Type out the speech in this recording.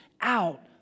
out